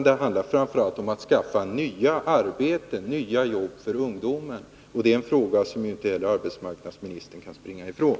Det handlar framför allt om att skapa nya arbeten för ungdom, och det är en fråga som inte heller arbetsmarknadsministern kan springa ifrån.